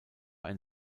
ein